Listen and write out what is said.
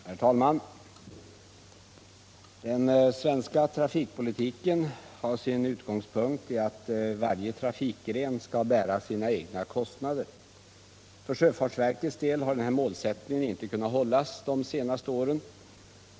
Herr talman! Den svenska trafikpolitiken har sin utgångspunkt i att varje trafikgren skall bära sina egna kostnader. För sjöfartsverkets del har denna målsättning inte kunnat hållas de senaste åren.